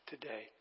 Today